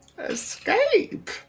Escape